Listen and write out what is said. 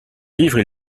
livre